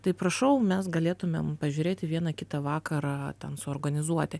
tai prašau mes galėtumėm pažiūrėti vieną kitą vakarą ten suorganizuoti